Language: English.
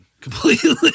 completely